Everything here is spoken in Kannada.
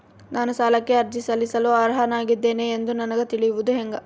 ನಾನು ಸಾಲಕ್ಕೆ ಅರ್ಜಿ ಸಲ್ಲಿಸಲು ಅರ್ಹನಾಗಿದ್ದೇನೆ ಎಂದು ನನಗ ತಿಳಿಯುವುದು ಹೆಂಗ?